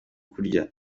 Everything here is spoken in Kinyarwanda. kurya